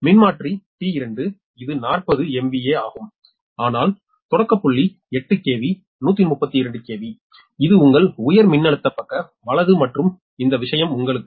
மின்மாற்றி T2 இது 40 MVA ஆகும் ஆனால் தொடக்க புள்ளி 8 KV 132 KV இது உங்கள் உயர் மின்னழுத்த பக்க வலது மற்றும் இந்த விஷயம் உங்கள் XT2 0